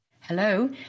Hello